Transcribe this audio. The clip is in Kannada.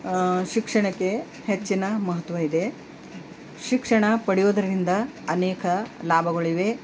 ಶಿಕ್ಷಣಕ್ಕೆ ಹೆಚ್ಚಿನ ಮಹತ್ವ ಇದೆ ಶಿಕ್ಷಣ ಪಡೆಯೋದ್ರಿಂದ ಅನೇಕ ಲಾಭಗಳಿವೆ